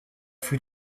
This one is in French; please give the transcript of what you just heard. fut